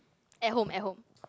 at home at home